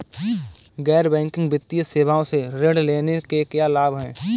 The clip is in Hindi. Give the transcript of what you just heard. गैर बैंकिंग वित्तीय सेवाओं से ऋण लेने के क्या लाभ हैं?